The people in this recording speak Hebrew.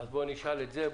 אז בואו נשאל את זה.